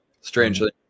Strangely